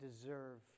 deserve